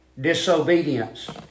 disobedience